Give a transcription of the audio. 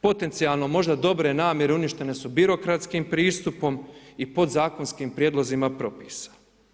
Potencijalno možda dobre namjene uništene su birokratskim pristupom i podzakonskim prijedlozima i propisa.